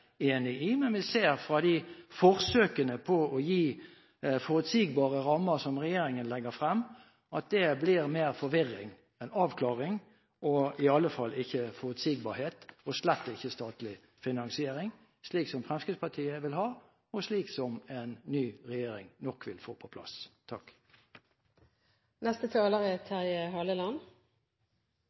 Men vi ser fra de forsøkene på å gi forutsigbare rammer som regjeringen legger frem, at det blir mer forvirring enn avklaring – i alle fall ikke forutsigbarhet og slett ikke statlig finansiering, slik Fremskrittspartiet vil ha, og slik en ny regjering nok vil få på plass. Dette er et viktig prosjekt. Det er